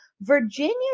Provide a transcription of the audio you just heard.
Virginia